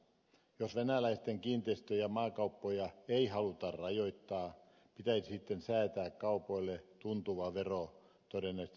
jos venäläisten kiinteistö ja maakauppoja ei haluta rajoittaa pitäisi sitten säätää kaupoille tuntuva vero